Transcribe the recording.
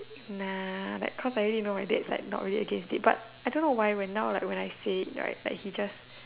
nah like cause I already know my dad is not really against it but I don't why when now like when I say it right he just